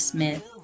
Smith